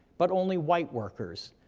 but only white workers,